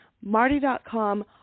marty.com